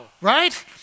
right